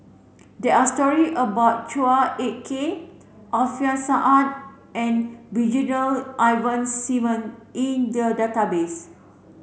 there are story about Chua Ek Kay Alfian Sa'at and Brigadier Ivan Simson in the database